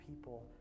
people